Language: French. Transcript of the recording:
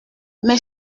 mes